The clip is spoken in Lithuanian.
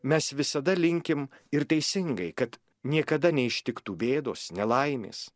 mes visada linkim ir teisingai kad niekada neištiktų bėdos nelaimės